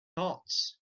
dots